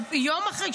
יום אחרי,